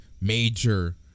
Major